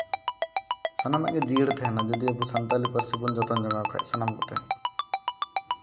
ᱥᱟᱱᱟᱢᱟᱜ ᱜᱮ ᱡᱤᱭᱟᱹᱲ ᱛᱟᱦᱮᱱᱟ ᱡᱩᱫᱤ ᱟᱵᱚ ᱥᱟᱱᱛᱟᱲᱤ ᱯᱟᱹᱨᱥᱤ ᱵᱚᱱ ᱡᱚᱛᱚᱱ ᱡᱚᱜᱟᱣ ᱠᱷᱟᱡ ᱥᱟᱱᱟᱢ ᱠᱚᱛᱮ